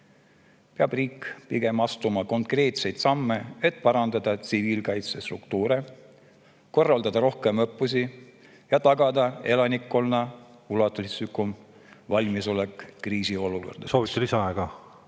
peab riik astuma konkreetseid samme, et parandada tsiviilkaitsestruktuure, korraldada rohkem õppusi ja tagada elanikkonna ulatuslikum valmisolek kriisiolukorraks. Soovite te lisaaega?